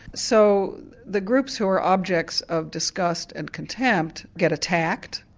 so the groups who are objects of disgust and contempt get attacked,